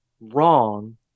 wrong